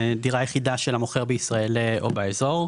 דירה יחידה של המוכר בישראל או באזור,